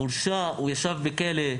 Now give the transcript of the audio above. הורשע וישב בכלא.